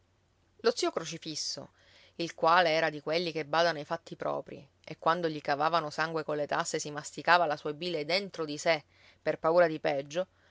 lo zio crocifisso il quale era di quelli che badano ai fatti propri e quando gli cavavano sangue colle tasse si masticava la sua bile dentro di sé per paura di peggio